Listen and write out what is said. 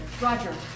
Roger